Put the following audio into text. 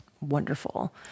wonderful